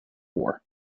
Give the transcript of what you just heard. war